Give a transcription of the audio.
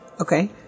Okay